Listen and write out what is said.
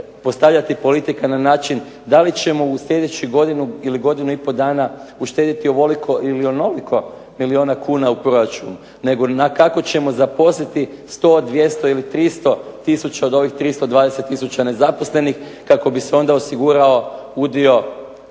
postavljati politika na način da li ćemo u sljedećih godinu ili godinu i pol dana uštedjeti ovoliko ili onoliko milijuna kuna u proračunu, nego kako ćemo zaposliti 100, 200 ili 300000 od ovih 320000 nezaposlenih kako bi se onda osigurao udio